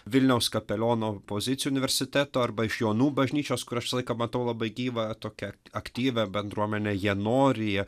vilniaus kapeliono pozicijų universiteto arba iš jonų bažnyčios kur aš visą laiką matau labai gyvą tokią aktyvią bendruomenę jie nori jie